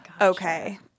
Okay